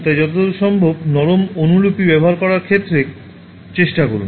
তাই যতদূর সম্ভব নরম অনুলিপি ব্যবহার করার চেষ্টা করুন